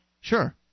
Sure